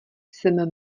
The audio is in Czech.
jsem